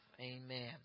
amen